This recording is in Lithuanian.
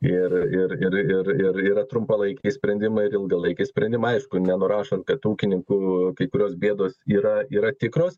ir ir ir ir ir yra trumpalaikiai sprendimai ir ilgalaikiai sprendimai aišku nenurašant kad ūkininkų kai kurios bėdos yra yra tikros